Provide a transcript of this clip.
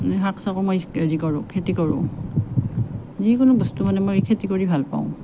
শাক চাকো মই মানে হেৰি কৰোঁ খেতি কৰোঁ যিকোনো বস্তু মানে মই খেতি কৰিয়ে ভাল পাওঁ